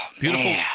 Beautiful